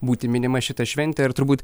būti minima šita šventė ir turbūt